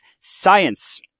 science